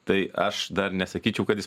tai aš dar nesakyčiau kad jis